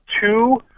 two